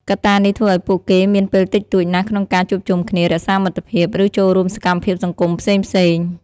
កត្តានេះធ្វើឱ្យពួកគេមានពេលតិចតួចណាស់ក្នុងការជួបជុំគ្នា រក្សាមិត្តភាព ឬចូលរួមសកម្មភាពសង្គមផ្សេងៗ ។